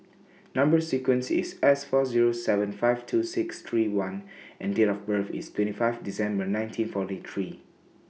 Number sequence IS S four Zero seven five two six three one and Date of birth IS twenty five December nineteen forty three